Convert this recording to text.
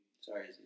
Sorry